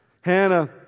Hannah